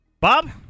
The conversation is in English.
Bob